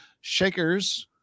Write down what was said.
Shaker's